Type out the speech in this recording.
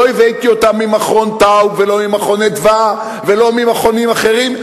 לא הבאתי אותם ממרכז טאוב ולא מ"מרכז אדוה" ולא ממכונים אחרים.